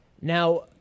Now